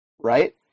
right